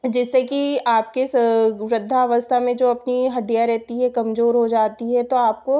जैसे कि आपके वृद्धावस्था में जो अपनी हड्डियाँ रहती है कमजोर हो जाती है तो आपको